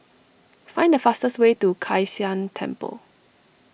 find the fastest way to Kai San Temple